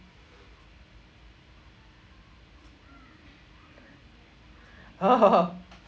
oh